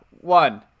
one